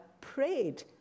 prayed